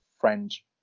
French